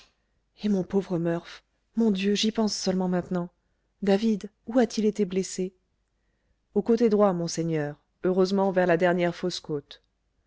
et mon pauvre murph mon dieu j'y pense seulement maintenant david où a-t-il été blessé au côté droit monseigneur heureusement vers la dernière fausse côte